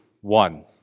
one